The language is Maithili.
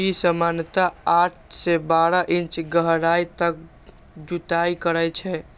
ई सामान्यतः आठ सं बारह इंच गहराइ तक जुताइ करै छै